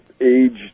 age